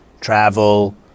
travel